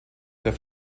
der